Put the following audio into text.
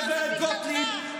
גב' גוטליב,